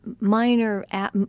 minor